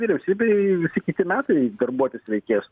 vyriausybei visi kiti metai darbuotis reikės